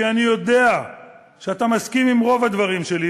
כי אני יודע שאתה מסכים עם רוב הדברים שלי,